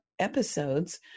episodes